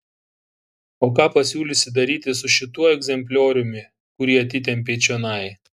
o ką pasiūlysi daryti su šituo egzemplioriumi kurį atitempei čionai